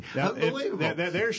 Unbelievable